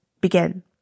begin